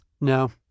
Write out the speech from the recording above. No